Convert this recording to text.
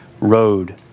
road